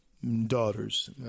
daughters